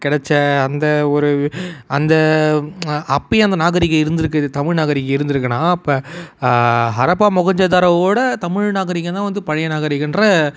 கெடைச்ச அந்த ஒரு அந்த அப்பயும் அந்த நாகரீகம் இருந்திருக்குது தமிழ் நாகரீகம் இருந்திருக்குனா அப்போ ஹரப்பா மொஹஞ்சதாரோவோட தமிழ் நாகரீகம் தான் வந்து பழைய நாகரீகம்ன்ற